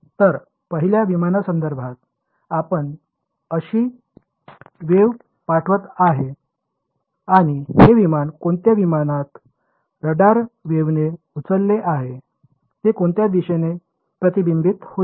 तर पहिल्या विमानासंदर्भात अशी वेव्ह पाठवत आहे आणि हे विमान कोणत्या विमानात रडार वेव्हने उचलले आहे ते कोणत्या दिशेने प्रतिबिंबित होईल